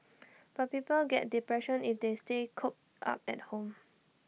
but people get depression if they stay cooped up at home